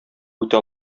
үтә